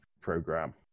program